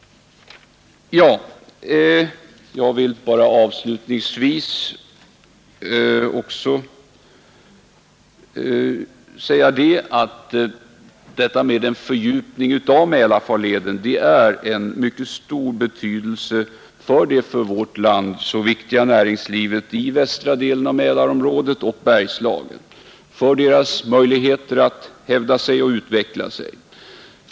Jag vill avslutningsvis också säga att en fördjupning av Mälarfarleden är av mycket stor betydelse för det för vårt land så viktiga näringslivet i västra delen av Mälarområdet och Bergslagen, för dess möjligheter att hävda sig och utveckla sig.